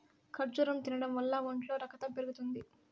ఖర్జూరం తినడం వల్ల ఒంట్లో రకతం పెరుగుతుంది